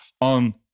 on